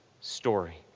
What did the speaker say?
story